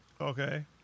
Okay